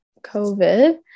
COVID